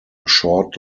short